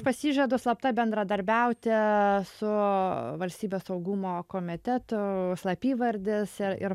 pasižadu slapta bendradarbiauti su valstybės saugumo komiteto slapyvardis ir ir